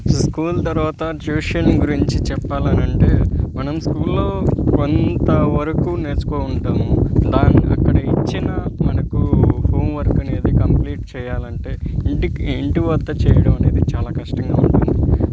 school తర్వాత tuition గురించి చెప్పాలనంటే మనం స్కూల్లో కొంత వరకు నేర్చుకో ఉంటాము దాన్ అక్కడ ఇచ్చిన మనకు హోమ్వర్క్ అనేది కంప్లీట్ చేయాలంటే ఇంటికి ఇంటి వద్ద చేయడం అనేది చాలా కష్టంగా ఉంటుంది